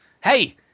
Hey